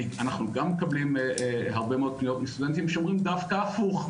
גם אנחנו מקבלים הרבה מאוד מסטודנטים שאומרים דווקא הפוך,